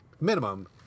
minimum